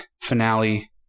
finale